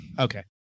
okay